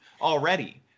already